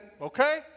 Okay